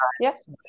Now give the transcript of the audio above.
Yes